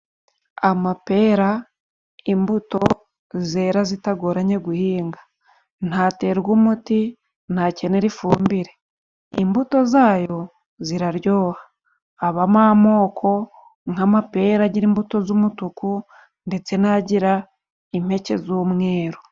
Amapera imbuto zera zitagoranye guhinga. Ntaterwa umuti, ntakenera ifumbire. Imbuto zayo ziraryoha. Habamo amoko nk'amapera agira imbuto z'umutuku, ndetse n'agira impeke z'umweru.